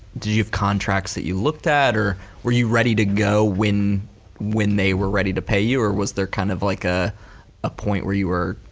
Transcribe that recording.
did you have contracts that you looked at or were you ready to go when when they were ready to pay you or was there kind of like ah a point where you were,